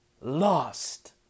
lost